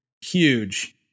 huge